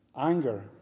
anger